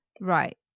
right